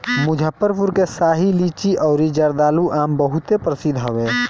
मुजफ्फरपुर के शाही लीची अउरी जर्दालू आम बहुते प्रसिद्ध हवे